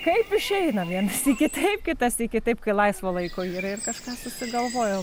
kaip išeina vieną sykį taip kitą sykį taip kai laisvo laiko yra ir kažką susigalvojau